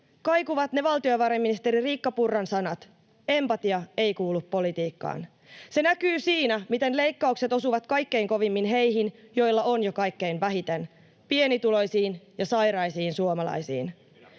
kaikuvat ne valtiovarainministeri Riikka Purran sanat ”empatia ei kuulu politiikkaan”. Se näkyy siinä, miten leikkaukset osuvat kaikkein kovimmin heihin, joilla on jo kaikkein vähiten: pienituloisiin ja sairaisiin suomalaisiin.